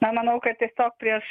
na manau kad tiesiog prieš